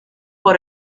por